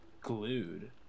glued